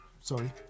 sorry